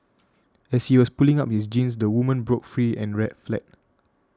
as he was pulling up his jeans the woman broke free and fled